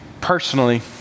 personally